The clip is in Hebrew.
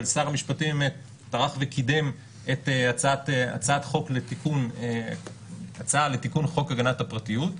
שר המשפטים טרח וקידם הצעה לתיקון חוק הגנת הפרטיות,